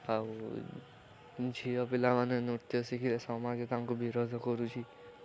ଆଉ ଝିଅ ପିଲାମାନେ ନୃତ୍ୟ ଶିଖିଲେ ସମାଜ ତାଙ୍କୁ ବିରୋଧ କରୁଛି